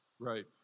Right